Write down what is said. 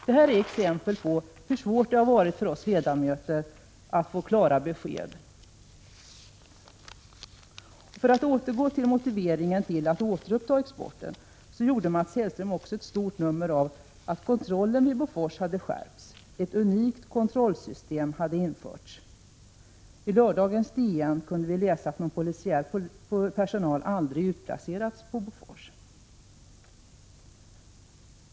Detta är exempel på hur svårt det har varit för oss ledamöter att få klara besked. När det gäller motiveringen av återupptagandet av exporten gjorde Mats Hellström också ett stort nummer av att kontrollen vid Bofors hade skärpts. Ett unikt kontrollsystem hade införts. I lördagens DN kunde vi läsa att någon polisiär personal aldrig utplacerats på Bofors.